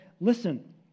listen